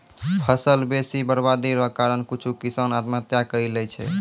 फसल बेसी बरवादी रो कारण कुछु किसान आत्महत्या करि लैय छै